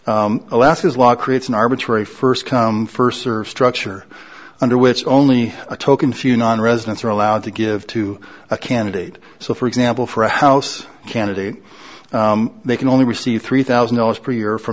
alaska's law creates an arbitrary first come first serve structure under which only a token few nonresidents are allowed to give to a candidate so for example for a house candidate they can only receive three thousand dollars per year for